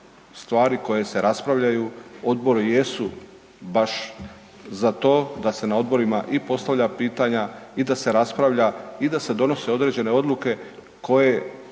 stvari koje se raspravljaju odbori jesu baš za to da se na odborima i postavljaju pitanja i da se raspravlja i da se donose određene odluke koje